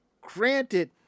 Granted